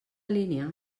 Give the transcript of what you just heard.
línia